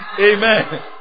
Amen